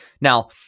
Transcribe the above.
Now